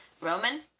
Roman